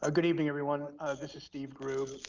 ah good evening, everyone this is steve grube.